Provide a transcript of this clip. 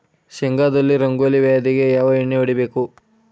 ಶೇಂಗಾದಲ್ಲಿ ರಂಗೋಲಿ ವ್ಯಾಧಿಗೆ ಯಾವ ಎಣ್ಣಿ ಹೊಡಿಬೇಕು?